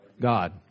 God